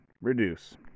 reduce